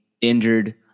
injured